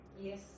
Yes